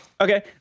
Okay